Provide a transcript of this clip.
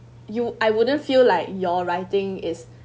you I wouldn't feel like your writing is